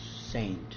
saint